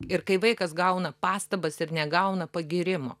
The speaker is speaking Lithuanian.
ir kai vaikas gauna pastabas ir negauna pagyrimų